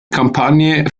kampagne